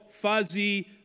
fuzzy